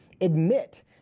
admit